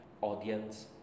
audience